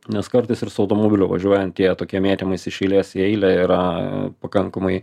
nes kartais ir su automobiliu važiuojant tie tokie mėtymaisi iš eilės į eilę yra pakankamai